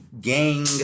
gang